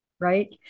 right